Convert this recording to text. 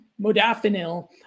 modafinil